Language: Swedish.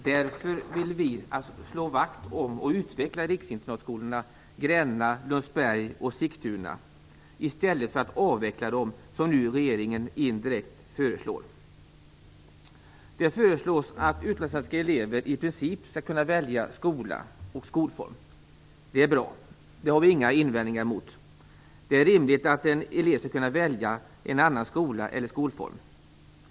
Därför vill vi slå vakt om och utveckla riksinternatskolorna Gränna, Lundsberg och Sigtuna i stället för att avveckla dem, vilket nu regeringen indirekt föreslår. Det föreslås att utlandssvenska elever i princip skall kunna välja skola och skolform. Det är bra. Det har vi inga invändningar mot. Det är rimligt att en elev skall kunna välja en annan skola eller skolform.